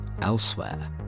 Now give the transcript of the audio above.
elsewhere